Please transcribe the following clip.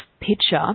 picture